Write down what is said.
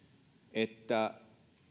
että